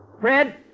Fred